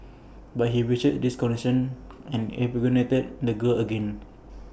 but he breached this condition and impregnated the girl again